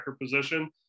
position